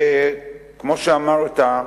וכמו שאמרת,